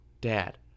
dad